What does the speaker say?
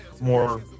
more